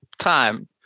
time